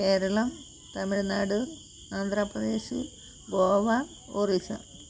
Keralam Tamil Nadu Andhra Pradesh Goa Orissa